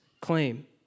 claim